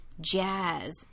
jazz